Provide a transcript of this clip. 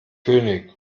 könig